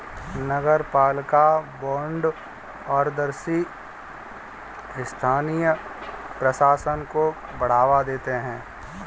नगरपालिका बॉन्ड पारदर्शी स्थानीय प्रशासन को बढ़ावा देते हैं